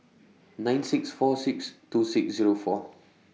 nine six four six two six Zero four